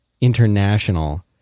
international